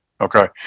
Okay